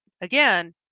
Again